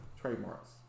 trademarks